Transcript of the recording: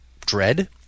Dread